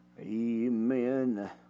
Amen